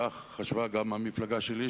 כך חשבה גם המפלגה שלי,